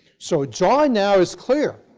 so john now is clear.